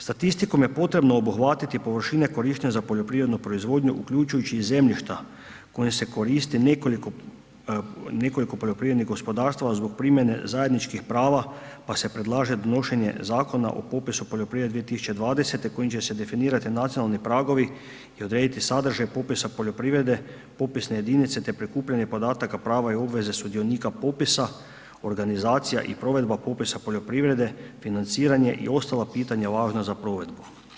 Statistikom je potrebno obuhvatiti površine korištenja za poljoprivrednu proizvodnju uključujući i zemljišta kojim se koristi nekoliko poljoprivrednih gospodarstva zbog primjene zajedničkih prava, pa se predlaže donošenje Zakona o popisu poljoprivrede 2020. kojim će se definirati nacionalni pragovi i odrediti sadržaj popisa poljoprivrede, popisne jedinice te prikupljanje podataka, prava i obveze sudionika popisa, organizacija i provedba popisa poljoprivrede, financiranje i ostala pitanja važna za provedbu.